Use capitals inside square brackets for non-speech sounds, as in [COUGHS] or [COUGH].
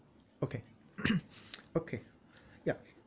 okay [COUGHS] okay ya